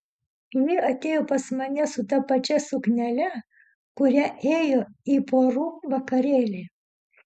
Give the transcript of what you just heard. ji atėjo pas mane su ta pačia suknele kuria ėjo į porų vakarėlį